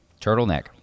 Turtleneck